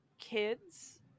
kids